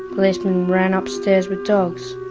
policemen ran upstairs with dogs.